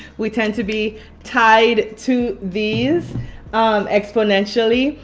we tend to be tied to these exponentially,